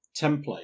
template